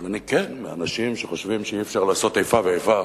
אבל אני כן מהאנשים שחושבים שאי-אפשר לעשות איפה ואיפה